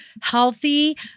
healthy